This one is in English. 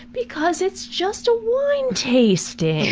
because it's just a wine tasting!